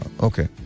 okay